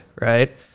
right